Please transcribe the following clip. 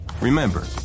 Remember